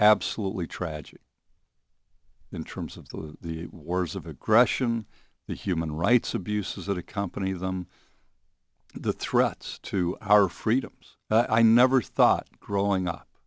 absolutely tragic in terms of the wars of aggression the human rights abuses that accompany them the threats to our freedoms but i never thought growing up